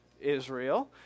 Israel